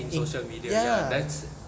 in social media ya that's